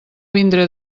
vindré